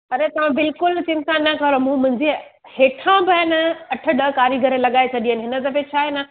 अड़े तव्हां बिल्कुलु चिंता न करो मूं मुंहिंजी हेठा बि आहे न अठ ॾह कारीगर लॻाए छॾिया आहिनि हिन दफ़े छा आहे न